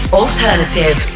alternative